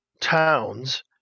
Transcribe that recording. towns